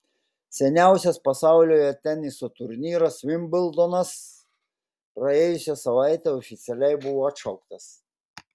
seniausias pasaulyje teniso turnyras vimbldonas praėjusią savaitę oficialiai buvo atšauktas